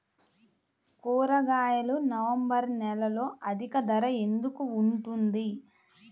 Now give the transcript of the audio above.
కూరగాయలు నవంబర్ నెలలో అధిక ధర ఎందుకు ఉంటుంది?